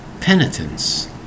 Penitence